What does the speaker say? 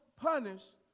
punished